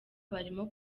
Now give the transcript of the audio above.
barimo